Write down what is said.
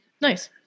Nice